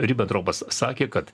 ribentropas sakė kad